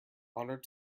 honour